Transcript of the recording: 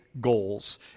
goals